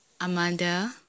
Amanda